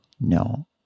no